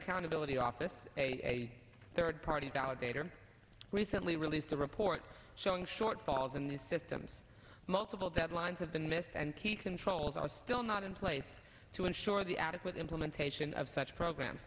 accountability office a third party validator recently released a report showing shortfalls in the systems multiple deadlines have been missed and key controls are still not in place to ensure the adequate implementation of such program